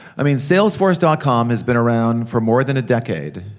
i mean, salesforce dot com has been around for more than a decade